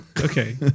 Okay